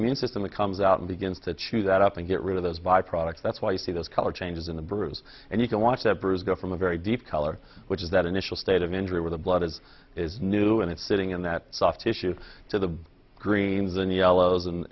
immune system that comes out and begins to chew that up and get rid of those via products that's why you see those color changes in the bruise and you can watch that bruise go from a very deep color which is that initial state of injury where the blood is is new and it's sitting in that soft tissue to the greens and yellows and